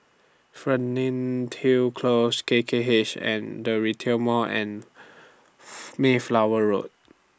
Fernhill Close K K H and The Retail Mall and Mayflower Road